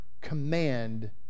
command